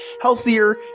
healthier